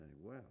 Wow